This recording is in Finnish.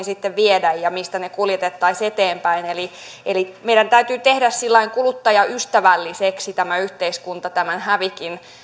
sitten viedä ja joista ne kuljetettaisiin eteenpäin eli eli meidän täytyy tehdä sillä lailla kuluttajaystävälliseksi tämä yhteiskunta tämän hävikin